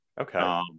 Okay